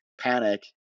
panic